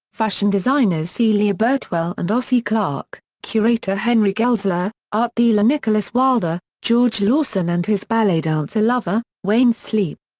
fashion designers celia birtwell and ossie clark, curator henry geldzahler, art dealer nicholas wilder, george lawson and his ballet dancer lover, wayne sleep.